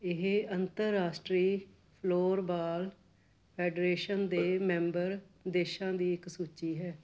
ਇਹ ਅੰਤਰਰਾਸ਼ਟਰੀ floorball federation ਦੇ ਮੈਂਬਰ ਦੇਸ਼ਾਂ ਦੀ ਇੱਕ ਸੂਚੀ ਹੈ